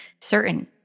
certain